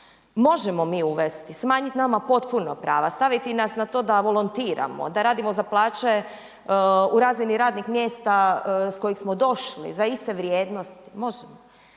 Možemo mi uvesti, smanjiti nama potpuno prava, staviti nas na to da volontiramo, da radimo za plaće u razini radnih mjesta s kojih smo došli, za iste vrijednosti, može.